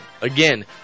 Again